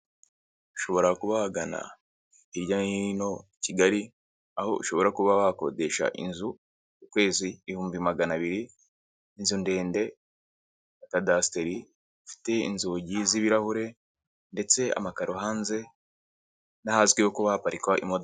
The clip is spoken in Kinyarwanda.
Ushobora kuba wagana hirya hino Kigali, aho ushobora kuba wakodesha inzu ku kwezi ibihumbi magana abiri, inzu ndende, kadasiteri ifite inzugi z'ibirahure ndetse amakaro hanze, n'ahazwiho kuba haparikwa imodoka.